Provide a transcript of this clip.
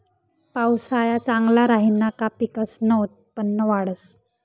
पावसाया चांगला राहिना का पिकसनं उत्पन्न वाढंस